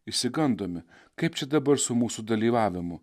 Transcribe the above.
išsigandome kaip čia dabar su mūsų dalyvavimu